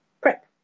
prep